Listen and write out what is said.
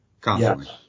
constantly